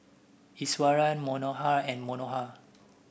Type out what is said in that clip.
Iswaran Manohar and Manohar